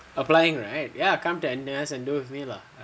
applying right ya come to N_U_S and do with me lah